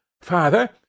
Father